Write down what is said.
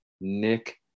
Nick